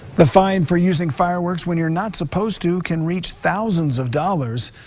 the fine for using fireworks when you're not supposed to can reach thousands of dollars.